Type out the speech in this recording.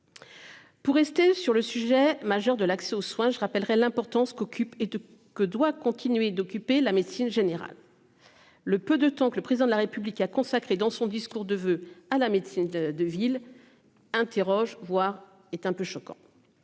Pour rester sur le sujet majeur de l'accès aux soins. Je rappellerai l'importance qu'occupe et de que doit continuer d'occuper la médecine générale. Le peu de temps, que le président de la République a consacré dans son discours de voeux à la médecine de ville. Interroges voir est un peu choquant.